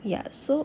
ya so